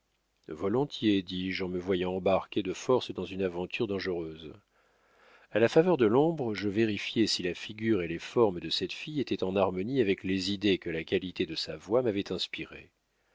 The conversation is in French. volontiers dis-je en me voyant embarqué de force dans une aventure dangereuse a la faveur de l'ombre je vérifiai si la figure et les formes de cette fille étaient en harmonie avec les idées que la qualité de sa voix m'avait inspirées